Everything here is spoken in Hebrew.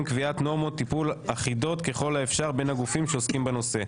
קביעת נורמות טיפול אחידות ככל האפשר בין הגופים שעוסקים בנושא.